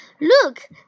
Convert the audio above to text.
Look